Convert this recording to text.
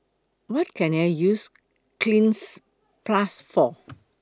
What Can I use Cleanz Plus For